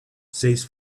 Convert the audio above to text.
says